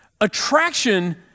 Attraction